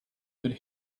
could